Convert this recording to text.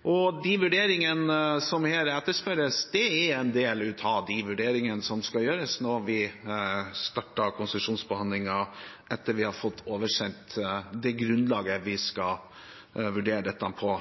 De vurderingene som her etterspørres, er en del av de vurderingene som skal gjøres når vi starter konsesjonsbehandlingen, etter at vi har fått oversendt fra fagmyndighetene det grunnlaget vi skal vurdere dette på.